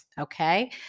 Okay